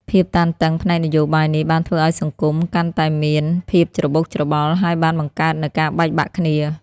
ភាពតានតឹងផ្នែកនយោបាយនេះបានធ្វើឲ្យសង្គមកាន់តែមានភាពច្របូកច្របល់ ហើយបានបង្កើតនូវការបែកបាក់គ្នា។